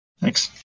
Thanks